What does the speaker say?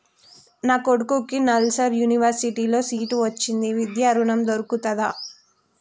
నా కొడుకుకి నల్సార్ యూనివర్సిటీ ల సీట్ వచ్చింది విద్య ఋణం దొర్కుతదా?